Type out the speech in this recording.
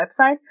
website